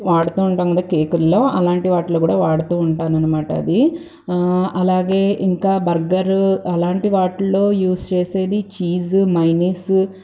వాడుతూ ఉంటాము కదా కేకుల్లో అలాంటి వాటిలో కూడా వాడుతూ ఉంటాననమాట అది అలాగే ఇంకా బర్గరు అలాంటి వాటిలో యూస్ చేసేది చీసు మైనిస్